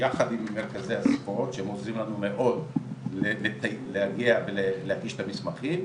שיחד עם מרכזי הספורט שהם עוזרים לנו מאוד להגיע ולהגיש את המסמכים,